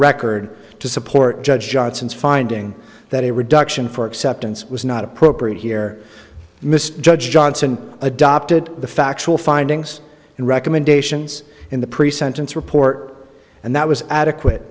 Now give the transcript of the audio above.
record to support judge johnson's finding that a reduction for acceptance was not appropriate here mr judge johnson adopted the factual findings and recommendations in the pre sentence report and that was adequate